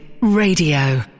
Radio